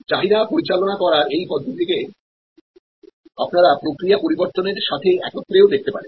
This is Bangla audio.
চাহিদা পরিচালন করার এই পদ্ধতিটা কে আপনারা প্রক্রিয়া পরিবর্তনের সাথে একত্রে ও দেখতে পারেন